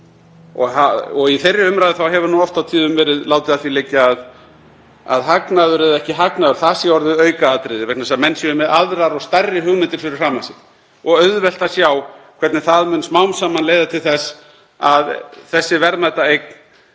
Í þeirri umræðu hefur oft á tíðum verið látið að því liggja að hagnaður eða ekki hagnaður, það sé orðið aukaatriði, vegna þess að menn séu með aðrar og stærri hugmyndir fyrir framan sig. Það er auðvelt að sjá hvernig það myndi smám saman leiða til þess að þessi verðmæta eign